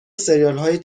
سریالهای